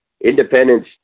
independence